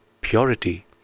purity